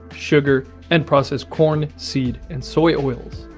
sugar and processed corn, seed and soy oils.